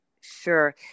Sure